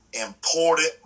important